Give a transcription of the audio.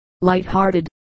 light-hearted